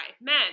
Men